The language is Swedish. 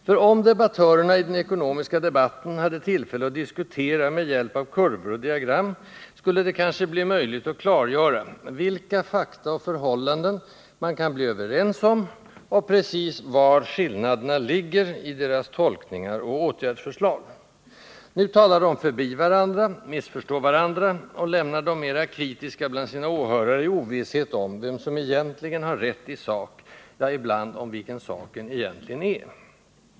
För om debattörerna i den ekonomiska debatten hade tillfälle att diskutera med hjälp av kurvor och diagram, skulle det kanske bli möjligt att klargöra, vilka fakta och förhållanden man kan bli överens om och precis var skillnaderna ligger i deras tolkningar och åtgärdsförslag. Nu talar de förbi varandra, missförstår varandra och lämnar de mera kritiska bland sina åhörare i ovisshet om vem som egentligen har rätt i sak —-ja, ibland om vilken saken egentligen är.